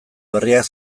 berriak